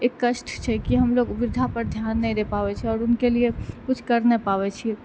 एक कष्ट छै कि हमलोग वृद्धा पर ध्यान नहि दे पाबै छी आओर उनके लिए किछु कर नहि पाबय छी